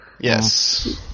Yes